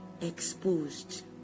exposed